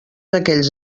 aquells